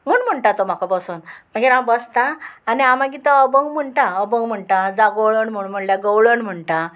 म्हूण म्हणटा तो म्हाका बसोन मागीर हांव बसता आनी हांव मागीर तो अभंग म्हणटा अभंग म्हणटा जांव गवळण म्हणल्यार गवळण म्हणटा